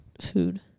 food